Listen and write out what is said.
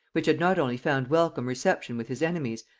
which had not only found welcome reception with his enemies,